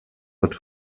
wird